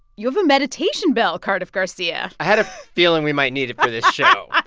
you have a meditation bell, cardiff garcia i had a feeling we might need it for this show